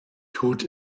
tut